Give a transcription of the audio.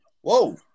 Whoa